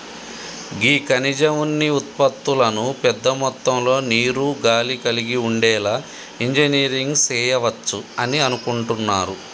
గీ ఖనిజ ఉన్ని ఉత్పతులను పెద్ద మొత్తంలో నీరు, గాలి కలిగి ఉండేలా ఇంజనీరింగ్ సెయవచ్చు అని అనుకుంటున్నారు